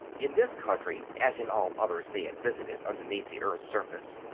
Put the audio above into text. in this country, as in all others they had visited underneath the earth's surface,